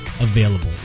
available